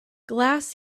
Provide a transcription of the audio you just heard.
glass